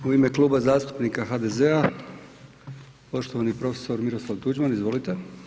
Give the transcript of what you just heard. U ime Klub zastupnika HDZ-a, poštovani prof. Miroslav Tuđman, izvolite.